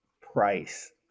price